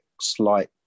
slight